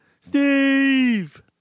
Steve